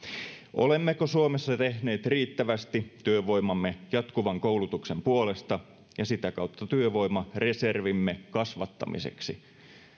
olemmeko suomessa tehneet riittävästi työvoimamme jatkuvan koulutuksen puolesta ja sitä kautta työvoimareservimme kasvattamiseksi